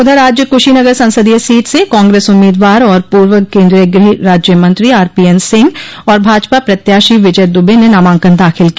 उधर आज कुशीनगर संसदीय सीट से कांग्रेस उम्मीदवार और पूर्व केन्द्रीय गृह राज्य मंत्रो आरपीएन सिंह और भाजपा प्रत्याशी विजय दुबे ने नामांकन दाखिल किया